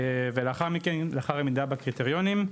לאחר מכן, לאחר העמידה בקריטריונים,